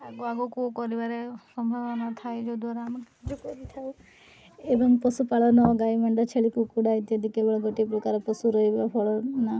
ଆଗକୁ କରିବାରେ ସମ୍ଭାବନା ଥାଏ ଯଦ୍ୱାରା ଆମେ ଖ କରିଥାଉ ଏବଂ ପଶୁପାଳନ ଗାଈ ମେଣ୍ଢା ଛେଳି କୁକୁଡ଼ା ଇତ୍ୟାଦି କେବଳ ଗୋଟିଏ ପ୍ରକାର ପଶୁ ରହିବା ଫଳ ନା